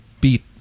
beat